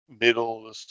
middle